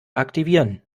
aktivieren